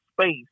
space